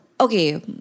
okay